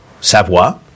Savoie